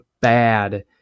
bad